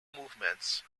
movements